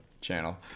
channel